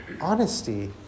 honesty